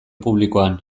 publikoan